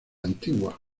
antigua